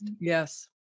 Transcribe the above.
Yes